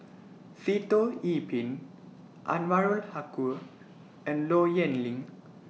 Sitoh Yih Pin Anwarul Haque and Low Yen Ling